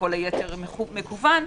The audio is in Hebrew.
וכל היתר מקוון,